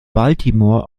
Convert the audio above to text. baltimore